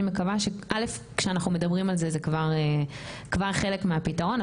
אני מקווה שא' כשאנחנו מדברים על זה זה כבר חלק מהפתרון,